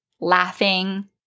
laughing